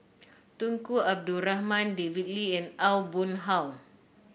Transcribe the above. Tunku Abdul Rahman David Lee and Aw Boon Haw